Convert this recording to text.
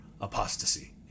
apostasy